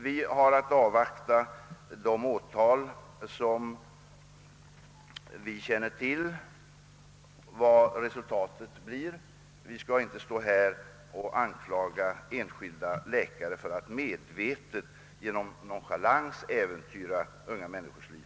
Vi har nu att avvakta resultaten av de åtal som skett. Då skall man inte anklaga enskilda läkare för att genom medveten nonchalans äventyra unga människors liv.